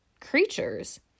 creatures